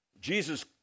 Jesus